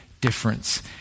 difference